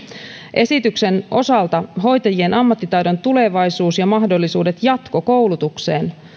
esityksen osalta hoitajien ammattitaidon tulevaisuus ja mahdollisuudet jatkokoulutukseen